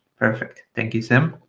perfect, thank you sim.